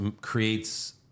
creates